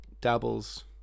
dabbles